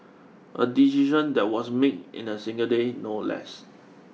a decision that was made in a single day no less